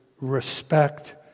respect